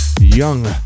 young